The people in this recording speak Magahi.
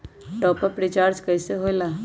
टाँप अप रिचार्ज कइसे होएला?